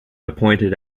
appointed